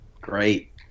Great